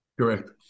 Correct